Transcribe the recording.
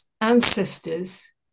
ancestors